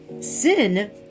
sin